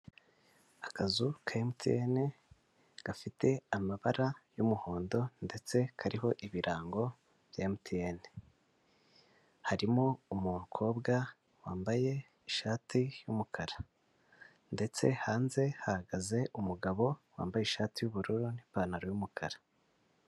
Akazu ka emutiyene gafite amabara y'umuhondo ndetse kariho ibirango bya emutiyene, harimo umukobwa wambaye ishati y'umukara ndetse hanze hahagaze umugabo wambaye ishati y'ubururu n' ipantaro y'umukara.